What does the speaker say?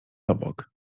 obok